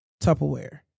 Tupperware